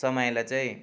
समयलाई चाहिँ